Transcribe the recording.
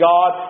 God